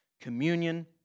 communion